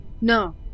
No